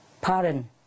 Pardon